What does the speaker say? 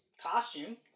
costume